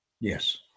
Yes